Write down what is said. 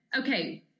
okay